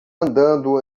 andando